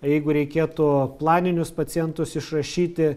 jeigu reikėtų planinius pacientus išrašyti